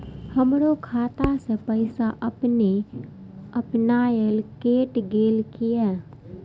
हमरो खाता से पैसा अपने अपनायल केट गेल किया?